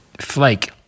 flake